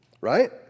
right